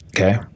Okay